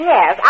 Yes